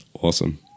Awesome